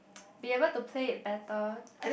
be able to play it better